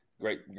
Great